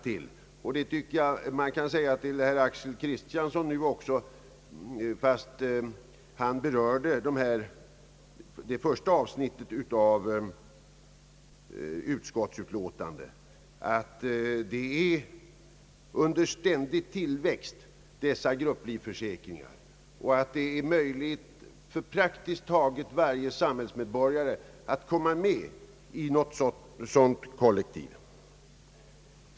Detta tycker jag att jag även kan påpeka för herr Axel Kristiansson, även om denne speciellt berörde det första avsnittet av utskottets utlåtande. Dessa grupplivförsäkringar är under ständig tillväxt, och det är möjligt för praktiskt taget varje samhällsmedborgare att ansluta sig till något sådant kollektiv.